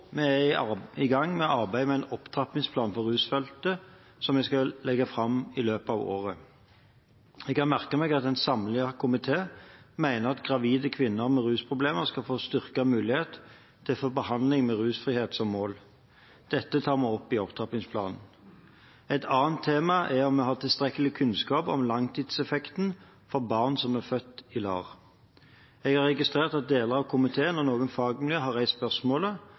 Vi er også i gang med å arbeide med en opptrappingsplan for rusfeltet, som jeg skal legge fram i løpet av året. Jeg har merket meg at en samlet komité mener at gravide kvinner med rusproblemer skal få styrket mulighet til å få behandling, med rusfrihet som mål. Dette tar vi opp i opptrappingsplanen. Et annet tema er om vi har tilstrekkelig kunnskap om langtidseffekten for barn som er født i LAR. Jeg har registrert at deler av komiteen og noen fagmiljøer har reist spørsmålet,